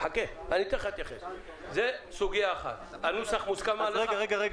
זו סוגיה אחת, האם הנוסח מוסכם עליך?